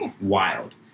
wild